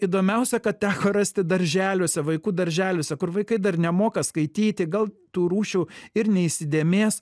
įdomiausia kad teko rasti darželiuose vaikų darželiuose kur vaikai dar nemoka skaityti gal tų rūšių ir neįsidėmės